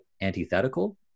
antithetical